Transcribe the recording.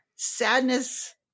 sadness